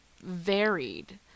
varied